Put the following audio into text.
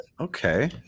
Okay